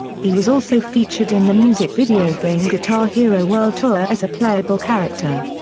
he was also featured in the music video game guitar hero world tour as a playable character.